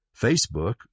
Facebook